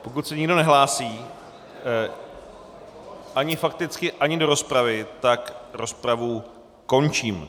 Pokud se nikdo nehlásí ani fakticky ani do rozpravy, tak rozpravu končím.